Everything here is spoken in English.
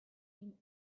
came